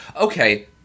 Okay